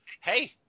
Hey